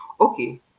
okay